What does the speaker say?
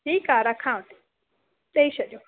ठीकु आहे रखांव थी ॾेई छॾियो